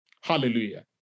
Hallelujah